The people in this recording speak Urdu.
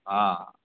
ہاں